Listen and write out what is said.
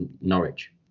Norwich